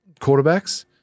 quarterbacks